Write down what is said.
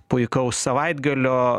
puikaus savaitgalio